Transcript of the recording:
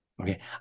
Okay